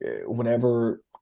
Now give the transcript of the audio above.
whenever